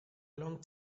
long